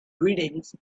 greetings